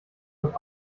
und